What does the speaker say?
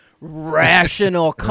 rational